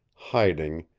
hiding,